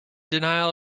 denial